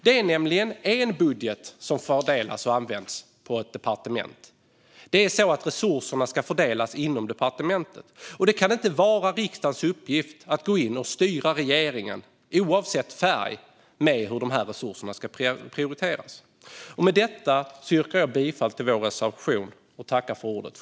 Det är nämligen en budget som fördelas och används på ett departement. Resurserna ska fördelas inom departementet. Det kan inte vara riksdagens uppgift att gå in och styra regeringen oavsett färg när det gäller hur resurserna ska prioriteras. Fru talman! Med detta yrkar jag bifall till vår reservation och tackar för ordet.